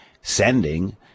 sending